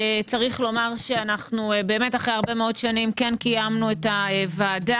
צריך לומר שאנחנו באמת אחרי הרבה מאוד שנים כן קיימנו את הוועדה